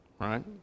right